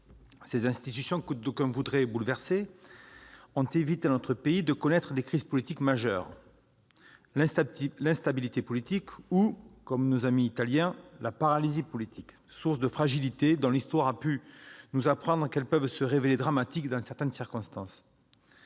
Ces institutions, que d'aucuns voudraient bouleverser, ont évité à notre pays de connaître des crises politiques majeures, l'instabilité politique ou, comme nos amis italiens, la paralysie politique, source de fragilités dont l'histoire a pu nous apprendre qu'elles peuvent se révéler dramatiques dans certaines circonstances.